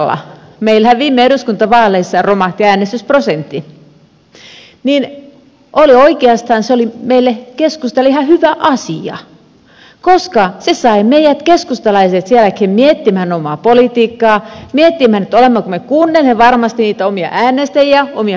meillähän keskustalla viime eduskuntavaaleissa romahti äänestysprosentti ja oikeastaan se oli meille keskustalle ihan hyvä asia koska se sai meidät keskustalaiset sen jälkeen miettimään omaa politiikkaa miettimään olemmeko me kuunnelleet varmasti niitä omia äänestäjiä omia kannattajia